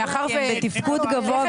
הם נדחים כי הם בתפקוד גבוה,